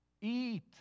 eat